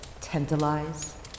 tantalize